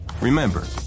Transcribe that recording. Remember